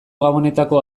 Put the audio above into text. gabonetako